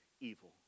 evil